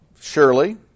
Surely